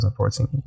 2014